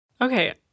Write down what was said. Okay